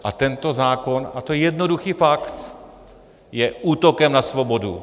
A tento zákon, a to je jednoduchý fakt, je útokem na svobodu.